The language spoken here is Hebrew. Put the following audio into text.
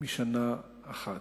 משנה אחת.